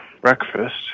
breakfast